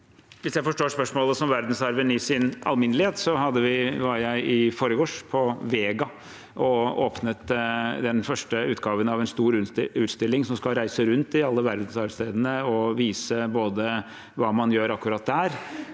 Slik jeg for- står spørsmålet, dreier det seg om verdensarven i sin al minnelighet. I forgårs var jeg på Vega og åpnet den første utgaven av en stor utstilling som skal reise rundt i alle verdensarvstedene og vise både hva man gjør akkurat der,